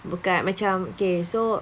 bukan macam okay so